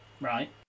Right